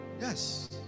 yes